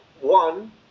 one